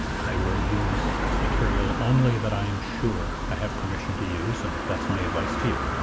i will use material only that i am sure i have permission to use and that's my advice to you.